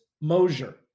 Mosier